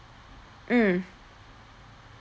mm